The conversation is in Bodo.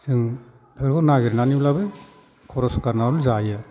जों बेखौ नागिरनानैब्लाबो खरस गारनानैबो जायो आरो